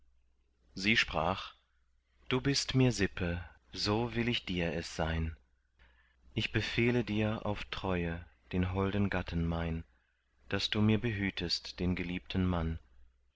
sie sprach du bist mir sippe so will ich dir es sein ich befehle dir auf treue den holden gatten mein daß du mir behütest den geliebten mann